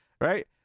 right